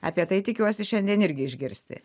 apie tai tikiuosi šiandien irgi išgirsti